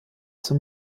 zum